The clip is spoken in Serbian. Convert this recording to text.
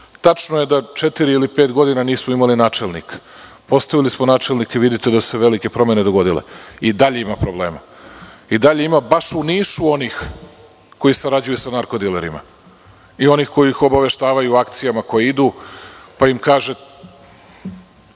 tačno je da četiri ili pet godina nismo imali načelnika. Postavili smo načelnika i vidite da se velike promene dogodile. I dalje ima problema. I dalje ima baš u Nišu onih koji sarađuju sa narkodilerima i onih koji ih obaveštavaju o akcijama koje idu, pa im kažu,